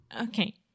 Okay